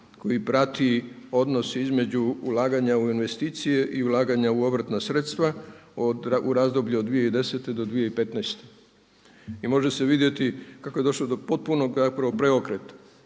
koji prati odnos između ulaganja u investicije i ulaganja u obrtna sredstva u razdoblju od 2010. do 2015. I može se vidjeti kako je došlo do potpunog preokreta,